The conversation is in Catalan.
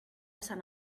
sant